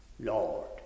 Lord